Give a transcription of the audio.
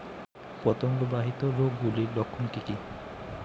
পতঙ্গ বাহিত রোগ গুলির লক্ষণ কি কি?